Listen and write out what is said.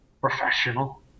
professional